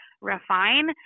refine